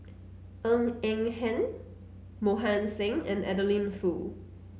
Ng Eng Hen Mohan Singh and Adeline Foo